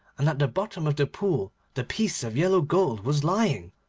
and at the bottom of the pool the piece of yellow gold was lying.